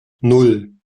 nan